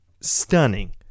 stunning